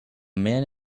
man